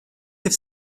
have